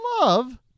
love